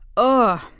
oh.